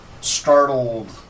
startled